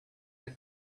the